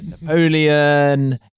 Napoleon